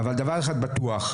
אבל דבר אחד בטוח,